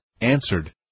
answered